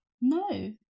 No